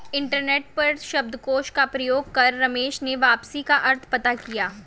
internet पर शब्दकोश का प्रयोग कर रमेश ने वापसी का अर्थ पता किया